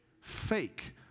Fake